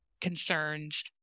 concerns